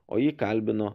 o jį kalbino